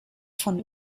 von